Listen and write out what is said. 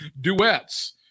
Duets